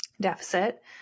deficit